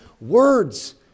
words